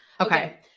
Okay